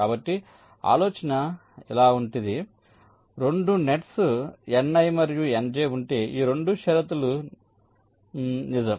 కాబట్టి ఆలోచన ఇలాంటిది 2 నెట్స్ Ni మరియు Nj ఉంటే ఈ 2 షరతులు నిజం